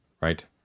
Right